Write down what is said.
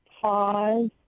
pause